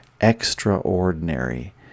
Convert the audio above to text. extraordinary